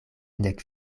nek